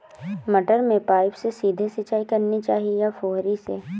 मटर में पाइप से सीधे सिंचाई करनी चाहिए या फुहरी से?